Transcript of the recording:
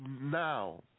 now